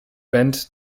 band